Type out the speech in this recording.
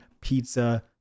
pizza